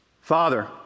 Father